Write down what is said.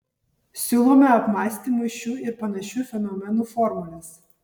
siūlome apmąstymui šių ir panašių fenomenų formules